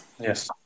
Yes